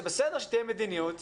זה בסדר שתהיה מדיניות שאומרת,